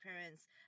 parents